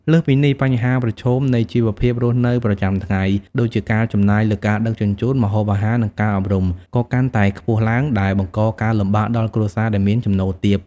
លើសពីនេះ បញ្ហាប្រឈមនៃជីវភាពរស់នៅប្រចាំថ្ងៃ ដូចជាការចំណាយលើការដឹកជញ្ជូន ម្ហូបអាហារ និងការអប់រំ ក៏កាន់តែខ្ពស់ឡើង ដែលបង្កការលំបាកដល់គ្រួសារដែលមានចំណូលទាប។